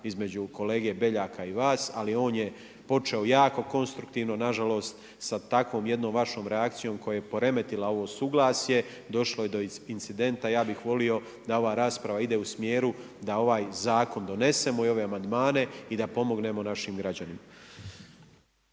između kolege Beljaka i vas, ali on je počeo jako konstruktivno, nažalost, sa takvom jednom vašom reakcijom koja je poremetila ovo suglasje, došlo je do incidenta, ja bih volio da ova rasprava ide u smjeru da ovaj zakon donesemo, i ove amandmane i da pomognemo našim građanima.